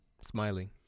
Smiling